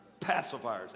pacifiers